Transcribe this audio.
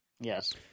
Yes